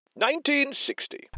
1960